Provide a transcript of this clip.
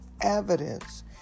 evidence